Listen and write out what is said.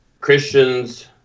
Christians